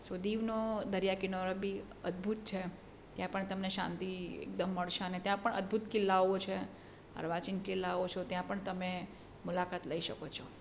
સો દિવનો દરિયા કિનારો બી અદ્ભુત છે ત્યાં પણ તમને શાંતિ એકદમ મળશે અને ત્યાં પણ અદ્ભુત કિલ્લાઓ છે અર્વાચીન કિલ્લાઓ છો ત્યાં પણ તમે મુલાકાત લઈ શકો છો